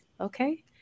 Okay